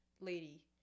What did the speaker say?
lady